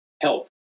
help